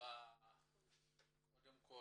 קודם כל